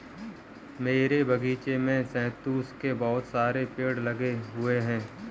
मेरे बगीचे में शहतूत के बहुत सारे पेड़ लगे हुए हैं